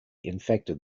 infected